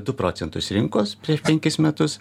du procentus rinkos prieš penkis metus